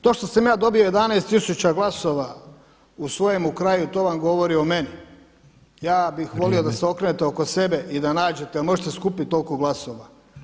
To što sam ja dobio 11 tisuća glasova u svojemu kraju to vam govori o meni [[Upadica Petrov: Vrijeme.]] ja bih volio da se okrenete oko sebe i da nađete da možete skupiti toliko glasova.